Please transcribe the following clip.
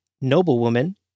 noblewoman